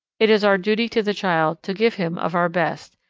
it is our duty to the child to give him of our best,